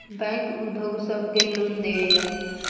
bank उद्योग सब के लोन देवेला